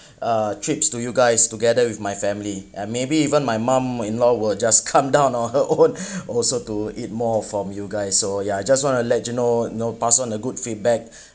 uh trips to you guys together with my family and maybe even my mum-in-aw will just come down on her own also to eat more from you guys so ya I just want to let you know you know pass on the good feedback